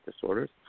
disorders